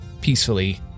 peacefully